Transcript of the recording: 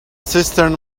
cistern